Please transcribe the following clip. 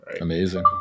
Amazing